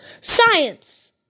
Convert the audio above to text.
science